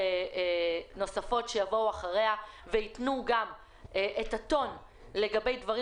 דיונים נוספים שיבואו לאחר מכן וייתנו את הטון לגבי דברים